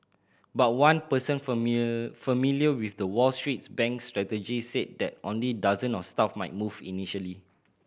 but one person familiar with the Wall Streets bank's strategy said that only dozen of staff might move initially